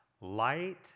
Light